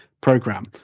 program